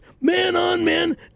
man-on-man